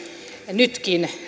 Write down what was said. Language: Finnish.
nytkin